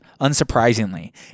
unsurprisingly